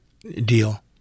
Deal